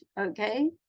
okay